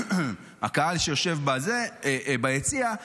הקהל שיושב ביציע,